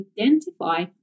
identify